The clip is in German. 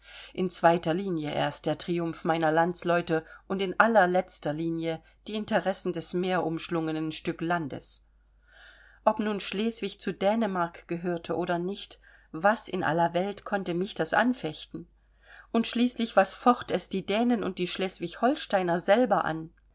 in zweiter linie erst der triumph meiner landsleute und in allerletzter linie die interessen des meerumschlungenen stück landes ob nun schleswig zu dänemark gehörte oder nicht was in aller welt konnte mich das anfechten und schließlich was focht es die dänen und die schleswig holsteiner selber an